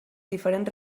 diferents